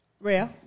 Real